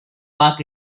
back